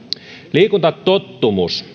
liikuntatottumus